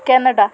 Canada